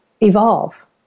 evolve